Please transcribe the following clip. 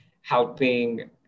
helping